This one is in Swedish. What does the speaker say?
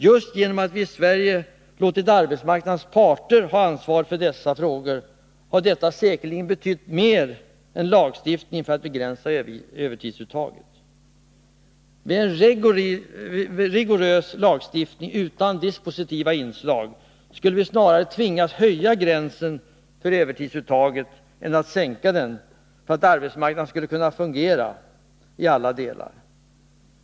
Just att vi i Sverige låtit arbetsmarknadens parter ha ansvaret för dessa frågor har säkerligen betytt mer än lagstiftningen för att begränsa övertidsuttaget. Vid en rigorös lagstiftning utan dispositiva inslag skulle vi snarare tvingas höja gränsen för övertidsuttaget än sänka den för att arbetsmarknaden skulle kunna fungera i alla delar.